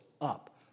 up